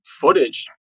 footage